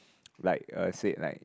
like uh said like